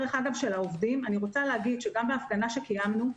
אני רוצה להגיד שגם בהפגנה שקיימנו,